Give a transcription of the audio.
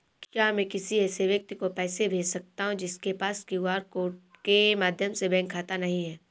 क्या मैं किसी ऐसे व्यक्ति को पैसे भेज सकता हूँ जिसके पास क्यू.आर कोड के माध्यम से बैंक खाता नहीं है?